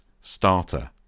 starter